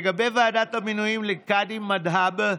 לגבי ועדת המינויים לקאדים מד'הב,